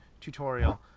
tutorial